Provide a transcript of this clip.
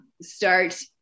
start